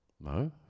No